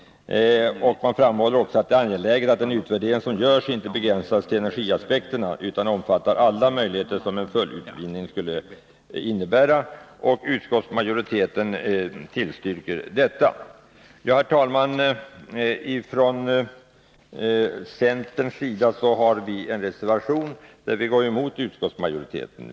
Man framhåller också att det är angeläget att den utvärdering som görs inte begränsas till energiaspekterna, utan att den omfattar alla möjligheter som en fullutvinning skulle innebära. Utskottsmajoriteten tillstyrker detta. Herr talman! Ifrån centerns sida har vi en reservation där vi går emot utskottsmajoriteten.